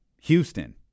Houston